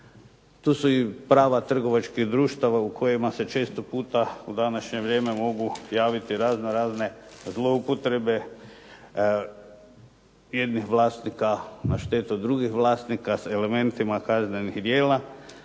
To su i prava trgovačkih društava o kojima se često puta u današnje vrijeme mogu javiti razno razne zloupotrebe jednih vlasnika na štetu drugih vlasnika sa elementima kaznenih djela,